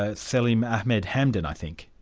ah selim ahmed hamden, i think.